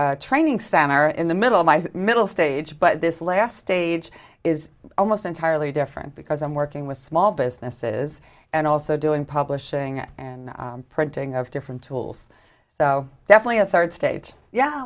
a training center in the middle of my middle stage but this last stage is almost entirely different because i'm working with small businesses and also do in publishing and printing of different tools so definitely a third stage yeah